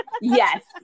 yes